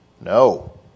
No